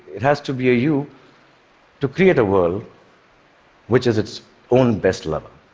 it has to be a you to create a world which is its own best lover.